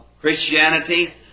Christianity